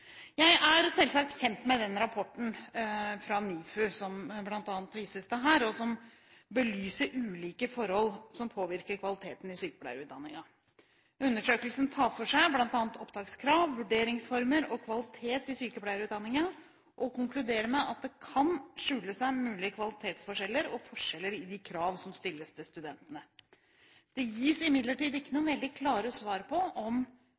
Jeg er selvsagt kjent med den rapporten fra NIFU som det bl.a. vises til her, som belyser ulike forhold som påvirker kvaliteten i sykepleierutdanningen. Undersøkelsen tar for seg bl.a. opptakskrav, vurderingsformer og kvalitet i sykepleierutdanningen og konkluderer med at det kan skjule seg mulige kvalitetsforskjeller og forskjeller i de krav som stilles til studentene. Det gis imidlertid ikke noen veldig klare svar på om